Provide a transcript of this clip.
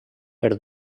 per